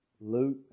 Luke